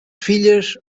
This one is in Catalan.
filles